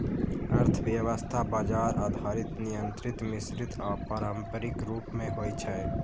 अर्थव्यवस्था बाजार आधारित, नियंत्रित, मिश्रित आ पारंपरिक रूप मे होइ छै